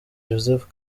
joseph